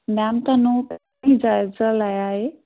ma'am ਤੁਹਾਨੂੰ ਜਾਇਜ਼ਾ ਲਾਇਆ ਹੈ